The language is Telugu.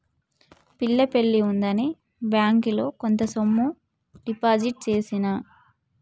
పిల్ల పెళ్లి ఉందని బ్యేంకిలో కొంత సొమ్ము డిపాజిట్ చేసిన